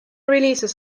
releases